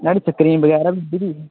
नाढ़े screen बगैर बी उड्डी दी ही